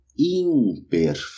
imperfeito